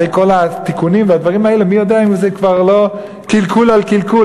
אחרי כל התיקונים והדברים האלה מי יודע אם זה לא קלקול על קלקול,